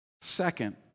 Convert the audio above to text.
Second